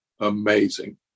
amazing